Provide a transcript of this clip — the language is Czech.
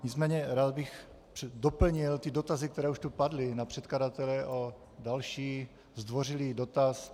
Nicméně rád bych doplnil dotazy, které už tu padly, na předkladatele, o další zdvořilý dotaz.